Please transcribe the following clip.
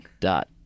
Dot